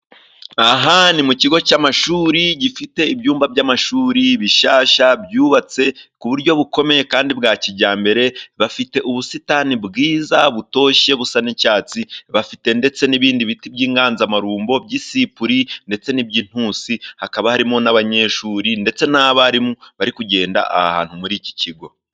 Aha ni mu kigo cy'amashuri gifite ibyumba by'amashuri bishyashya byubatse ku buryo bukomeye kandi bwa kijyambere, bafite ubusitani bwiza butoshye busa n'icyatsi, bafite ndetse n'ibindi biti by'inganzamarumbo by'isipuri ndetse n'iby'intusi, hakaba harimo n'abanyeshuri ndetse n'abarimu bari kugenda aha hantu muri iki kigo.